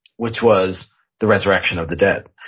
which was the resurrection of the dead.